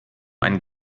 ein